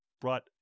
brought